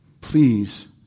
please